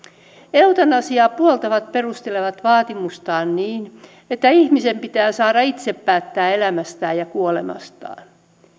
eutanasiaa puoltavat perustelevat vaatimustaan niin että ihmisen pitää saada itse päättää elämästään ja kuolemastaan